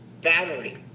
battery